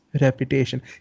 reputation